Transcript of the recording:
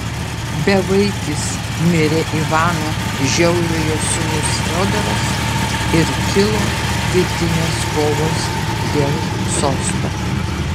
bevaikis mirė ivano žiauriojo sūnus fiodoras ir kilo vidinės kovos dėl sosto